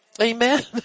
Amen